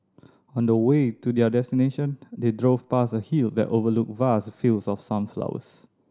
on the way to their destination they drove past a hill that overlooked vast fields of sunflowers